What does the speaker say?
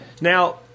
Now